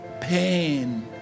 pain